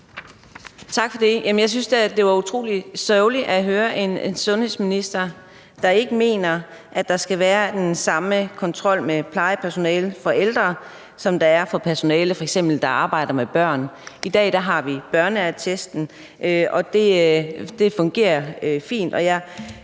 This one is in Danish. Tak for det. Jamen jeg synes da, at det var utrolig sørgeligt at høre en sundheds- og ældreminister, der ikke mener, at der skal være den samme kontrol med plejepersonale for ældre, som der f.eks. er med personale, der arbejder med børn. I dag har vi børneattesten, og det fungerer fint,